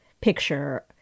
picture